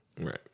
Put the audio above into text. right